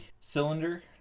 cylinder